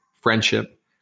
friendship